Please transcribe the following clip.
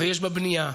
יש בה בנייה,